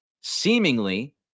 Seemingly